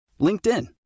LinkedIn